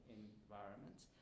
environments